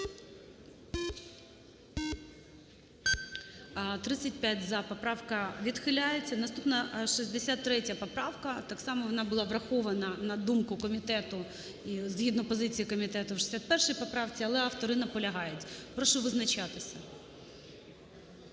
35 – за. Поправка відхиляється. Наступна 63 поправка. Так само вона була врахована, на думку комітету, і згідно позиції комітету в 61 поправці, але автори наполягають. Прошу визначатися.